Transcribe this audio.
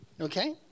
Okay